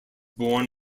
born